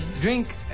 Drink